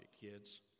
kids